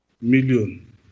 million